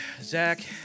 Zach